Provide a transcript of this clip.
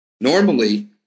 Normally